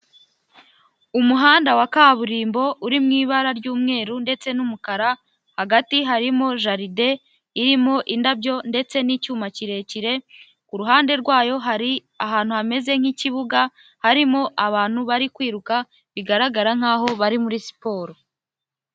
Umuhanda wa kaburimbo uri mu ibara ry'umweru ndetse n'umukara, hagati harimo jaride irimo indabyo ndetse n'icyuma kirekire, ku ruhande rwayo hari ahantu hameze nk'ikibuga, harimo abantu bari kwiruka bigaragara nkaho bari muri siporo.